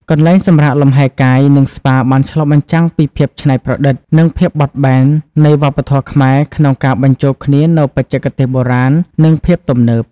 កន្លែងសម្រាកលំហែកាយ និងស្ប៉ាបានឆ្លុះបញ្ចាំងពីភាពច្នៃប្រឌិត និងភាពបត់បែននៃវប្បធម៌ខ្មែរក្នុងការបញ្ចូលគ្នានូវបច្ចេកទេសបុរាណនិងភាពទំនើប។